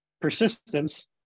persistence